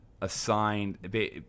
assigned